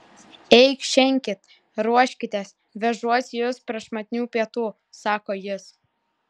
eikšenkit ruoškitės vežuosi jus prašmatnių pietų sako jis